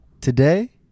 today